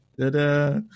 da-da